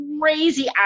crazy